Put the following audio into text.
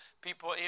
people